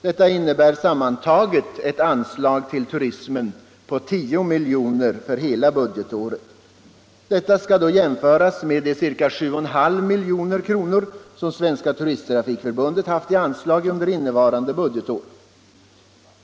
Detta innebär sammantaget ett anslag till turismen på 10 milj.kr. för hela budgetåret, vilket skall jämföras med de ca 7,5 milj.kr. som Svenska turisttrafikförbundet haft i anslag för innevarande budgetår.